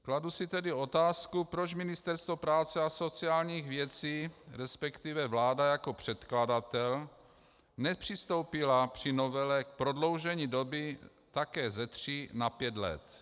Kladu si tedy otázku, proč Ministerstvo práce a sociálních věcí, resp. vláda jako předkladatel nepřistoupila při novele k prodloužení doby také ze tří na pět let.